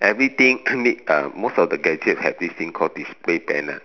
everything need a most of the gadget have this thing called display panel